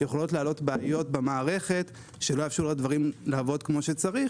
יכולות לעלות בעיות במערכת שלא יאפשרו לדברים לעבוד כפי שצריך